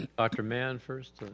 ah dr. mann first,